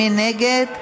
מי נגד?